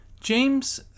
James